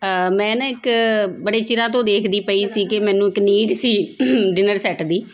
ਮੈਂ ਨਾ ਇੱਕ ਬੜੇ ਚਿਰਾਂ ਤੋਂ ਦੇਖਦੀ ਪਈ ਸੀ ਕਿ ਮੈਨੂੰ ਇੱਕ ਨੀਡ ਸੀ ਡਿਨਰ ਸੈੱਟ ਦੀ